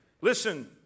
Listen